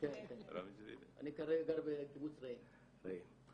כרגע בקיבוץ רעים.